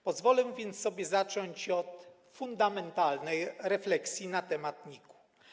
Pozwolę więc sobie zacząć od fundamentalnej refleksji na temat NIK-u.